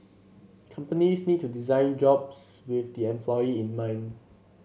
companies need to design jobs with the employee in mind